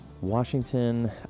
Washington